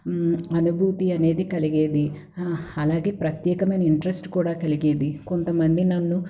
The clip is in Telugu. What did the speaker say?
అనుభూతి అనేది కలిగేది అలాగే ప్రత్యేకమైన ఇంట్రస్ట్ కూడా కలిగేది కొంతమంది నన్ను